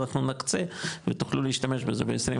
אנחנו נקצה ותוכלו להשתמש בזה ב-24.